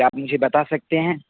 کیا آپ مجھے بتا سکتے ہیں